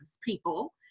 People